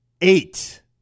eight